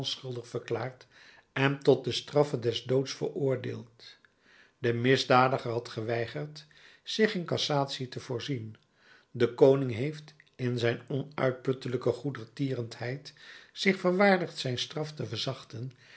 verklaard en tot de straffe des doods veroordeeld de misdadiger had geweigerd zich in cassatie te voorzien de koning heeft in zijn onuitputtelijke goedertierenheid zich verwaardigd zijn straf te verzachten